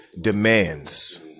Demands